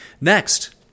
Next